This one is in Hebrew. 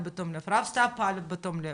רב סתיו פעל בתום לב,